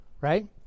right